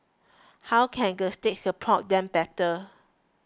how can the state support them better